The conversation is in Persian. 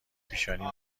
پیشانی